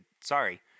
sorry